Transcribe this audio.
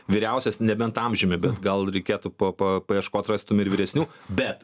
vyriausias nebent amžiumi bet gal reikėtų pa pa paieškot rastum ir vyresnių bet